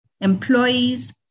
employees